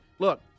Look